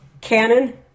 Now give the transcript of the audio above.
canon